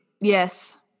yes